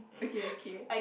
okay okay